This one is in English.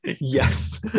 yes